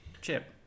Chip